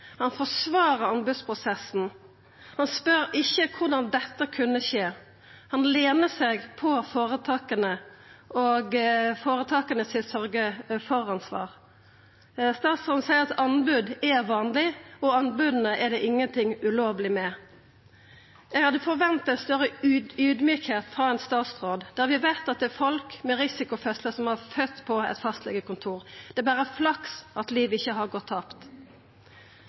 han tar ingen sjølvkritikk. Han forsvarar anbodsprosessen. Han spør ikkje om korleis dette kunne skje. Han lener seg på føretaka og på sørgje-for-ansvaret til føretaka. Statsråden seier at anbod er vanleg, og anboda er det ingenting ulovleg ved. Eg hadde forventa ein meir audmjuk statsråd, da vi veit at det er folk med risikofødslar som har født på eit fastlegekontor. Det er berre flaks at liv ikkje har gått tapt.